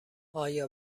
ایا